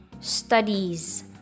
studies